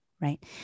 right